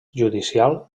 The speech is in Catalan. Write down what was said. judicial